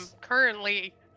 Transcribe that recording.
currently